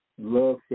love